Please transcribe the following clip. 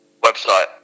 website